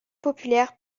populaire